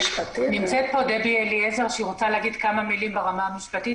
נמצאת פה דבי אליעזר שרוצה להגיד כמה מילים ברמה המשפטית,